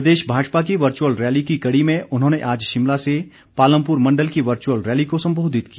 प्रदेश भाजपा की virtual rally की कड़ी में उन्होंने आज शिमला से पालमपुर मंडल की वर्चुअल रैली को संबोधित किया